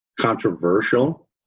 controversial